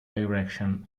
direction